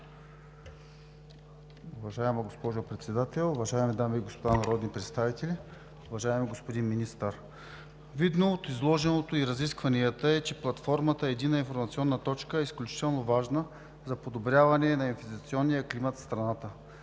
Уважаема госпожо Председател, уважаеми дами и господа народни представители! Уважаеми господин Министър, видно е от изложеното и разискванията, че платформата Единна информационна точка е изключително важна за подобряване на бизнес климата в страната.